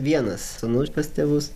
vienas sūnus pas tėvus